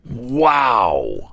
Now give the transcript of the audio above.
Wow